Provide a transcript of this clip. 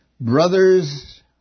brothers